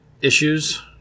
issues